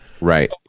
Right